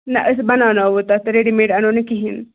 نہ أسۍ بناوناوَو تَتھ ریڈی میڈ اَنو نہٕ کِہیٖنۍ